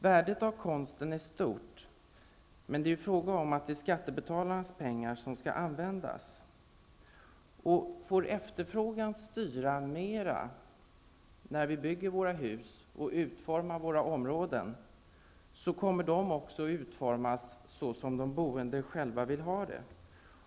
Värdet av konsten är stort, men det är skattebetalarnas pengar som används. Och får efterfrågan styra mera, när vi bygger våra hus och utformar områdena, kommer dessa också att bli sådana som de boende själva vill ha dem.